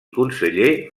conseller